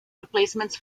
replacements